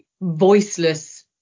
voiceless